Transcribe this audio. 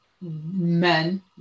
men